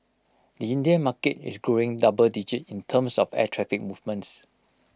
the Indian market is growing double digit in terms of air traffic movements